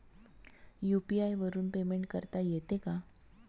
UPI वरून payment करता येते का?